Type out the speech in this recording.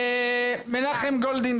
מנחם גולדין,